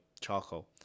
charcoal